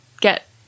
get